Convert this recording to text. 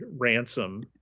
ransom